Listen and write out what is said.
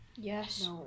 Yes